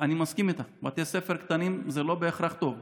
אני מסכים איתך: בתי ספר קטנים זה לא בהכרח טוב,